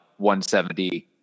170